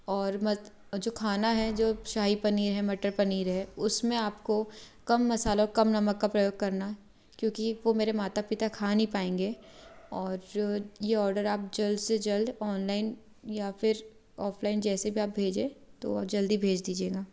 और मत जो खाना है जो शाही पनीर है मटर पनीर है उसमें आपको कम मसाला कम नमक का प्रयोग करना क्योंकि वो मेरे माता पिता खा नहीं पाएँगे और जो ये आर्डर आप जल्द से जल्द ऑनलाइन या फिर ऑफलाइन जैसे भी आप भेजें तो जल्दी भेज दीजिएगा